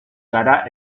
gara